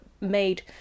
made